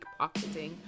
pickpocketing